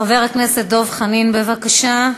חבר הכנסת דב חנין, בבקשה.